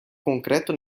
concreto